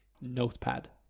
Notepad